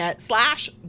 slash